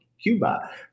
Cuba